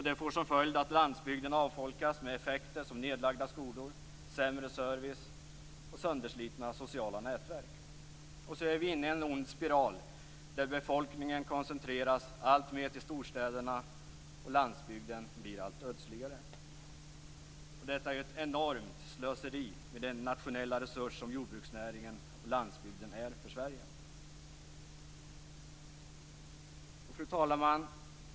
Det får till följd att landsbygden avfolkas med effekter som nedlagda skolor, sämre service och sönderslitna sociala nätverk. Och så är vi inne i en ond spiral, där befolkningen koncentreras alltmer till storstäderna och landsbygden blir allt ödsligare. Detta är ett enormt slöseri med den nationella resurs som jordbruksnäringen och landsbygden är för Sverige. Fru talman!